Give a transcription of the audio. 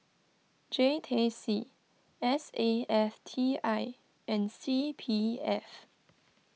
J T C S A F T I and C P F